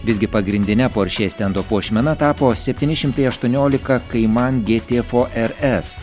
visgi pagrindine poršė stendo puošmena tapo septyni šimtai aštuoniolika kaiman gt fo rs